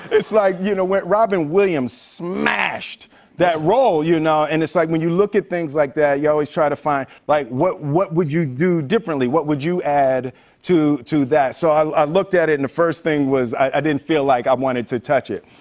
it's like, you know, when robin williams smashed that role, you know. and it's like, when you look at things like that, you always try to find, like, what what would you do differently? what would you add to to that? so i looked at it and the first thing was, i didn't feel like i wanted to touch it.